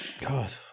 God